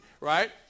right